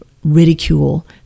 ridicule